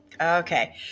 okay